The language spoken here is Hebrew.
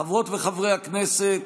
חברות וחברי הכנסת,